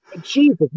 Jesus